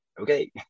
Okay